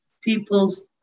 people's